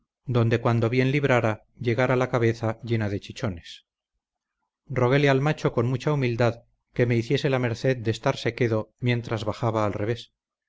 donde cuando bien librara llegara la cabeza llena de chichones roguele al macho con mucha humildad que me hiciese la merced de estarse quedo mientras bajaba al revés